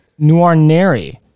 Nuarneri